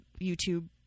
YouTube